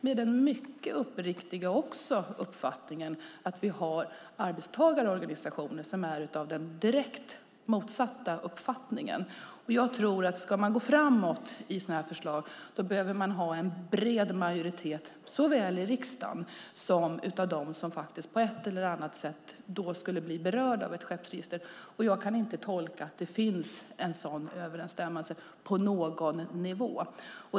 Men vi har också arbetstagarorganisationer som är av den direkt motsatta uppfattningen. Om man ska gå framåt i sådana här förslag behöver man ha en bred majoritet såväl i riksdagen som bland dem som på ett eller annat sätt skulle bli berörda av ett skeppsregister, och jag kan inte tolka att det finns en sådan på någon nivå.